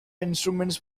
instruments